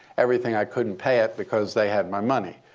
everything. i couldn't pay it because they had my money.